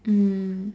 mm